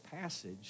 passage